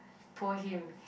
poor him